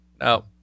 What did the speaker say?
No